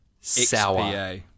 Sour